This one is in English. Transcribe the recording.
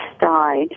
died